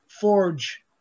forge